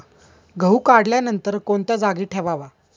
गहू काढल्यानंतर कोणत्या जागी ठेवावा?